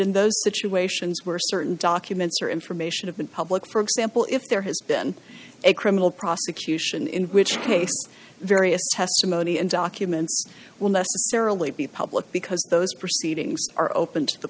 in those situations where certain documents are information have been public for example if there has been a criminal prosecution in which case various testimony and documents will necessarily be public because those proceedings are open to the